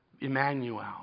Emmanuel